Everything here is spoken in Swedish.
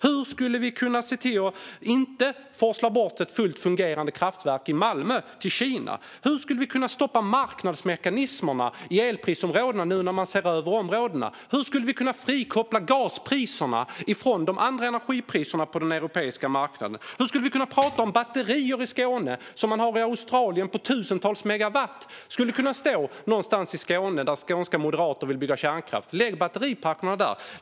Hur kan vi se till att ett fullt fungerande kraftverk i Malmö inte forslas bort till Kina? Hur kan vi stoppa marknadsmekanismerna i elprisområdena nu när man ser över dem? Hur kan vi frikoppla gaspriserna från de andra energipriserna på den europeiska marknaden? Hur kan vi prata om batterier i Skåne - sådana som man har i Australien, som är på tusentals megawatt och som skulle kunna stå någonstans i Skåne där skånska moderater vill bygga kärnkraft. Lägg batteriparkerna där!